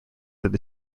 that